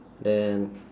then